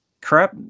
Crap